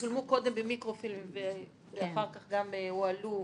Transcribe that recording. צולמו קודם במיקרופילמים ואחר כך גם הועלו,